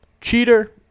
Cheater